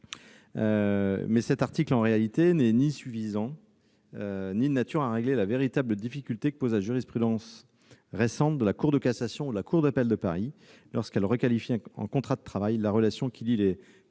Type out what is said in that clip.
cet article n'est ni suffisant ni de nature à régler la véritable difficulté que posent la jurisprudence récente de la Cour de cassation ou l'arrêt de la cour d'appel de Paris, en requalifiant en contrat de travail la relation qui lie les